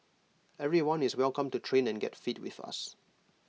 everyone is welcome to train and get fit with us